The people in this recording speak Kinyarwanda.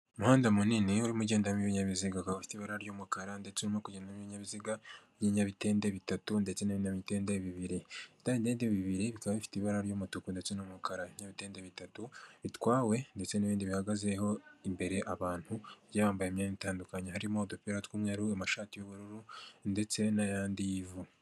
Umuhanda munini ugendamo ibibinyabiziga, ukaba ufite ibara ry'umukara ndetse urimo kugendamo ibinyabiziga by'inyamitende bitatu ndetse n'ibinyamitende bibiri, ibinyabitende bibiri bikaba bifite ibara ry'umutuku ndetse n'umukara, ibinyabitende bitatu bitwawe ndetse n'ibindi bihagazeho imbere abantu bagiye byambaye imyenda itandukanye, harimo udupira tw'umweru, amashati y'ubururu ndetse n'ayandi y'ivu.